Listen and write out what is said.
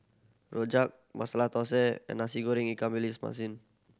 rojak Masala Thosai and Nasi Goreng ikan masin